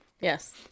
yes